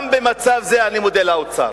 גם במצב הזה אני מודה לאוצר